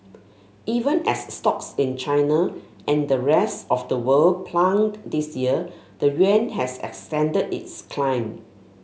even as stocks in China and the rest of the world plunged this year the yuan has extended its climb